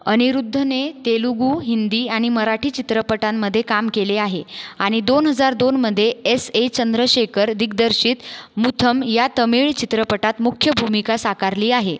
अनिरुद्धने तेलुगू हिंदी आनि मराठी चित्रपटांमध्ये काम केले आहे आणि दोन हजार दोनमध्ये एस ए चंद्रशेखर दिग्दर्शित मुथम या तमीळ चित्रपटात मुख्य भूमिका साकारली आहे